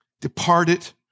departed